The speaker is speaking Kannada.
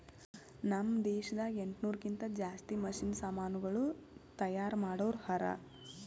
ನಾಮ್ ದೇಶದಾಗ ಎಂಟನೂರಕ್ಕಿಂತಾ ಜಾಸ್ತಿ ಮಷೀನ್ ಸಮಾನುಗಳು ತೈಯಾರ್ ಮಾಡೋರ್ ಹರಾ